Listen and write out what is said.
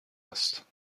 است